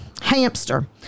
hamster